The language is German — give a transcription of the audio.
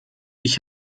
ich